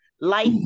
life